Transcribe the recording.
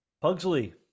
Pugsley